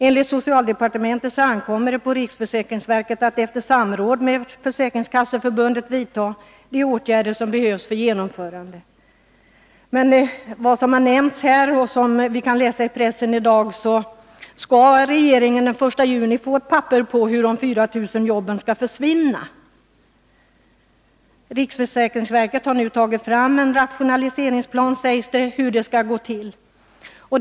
Enligt socialdepartementet ankommer det på riksförsäkringsverket att efter samråd med Försäkringskasseförbundet utarbeta en rationaliseringsplan. Men som det har nämnts här och som man kan läsa i pressen i dag skall regeringen den 1 juni få ett papper på hur de 4 000 jobben skall försvinna. Riksförsäkringsverket har tagit fram en rationaliseringsplan, sägs det, för hur det skall gå till.